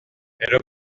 elle